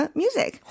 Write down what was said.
music